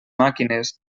màquines